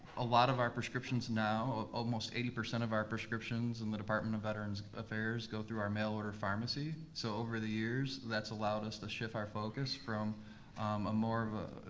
a lot of our prescriptions now, almost eighty percent of our prescriptions in the department of veterans affairs go through our mail-order pharmacy. so over the years, that's allowed us to shift our focus from ah more of a.